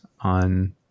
on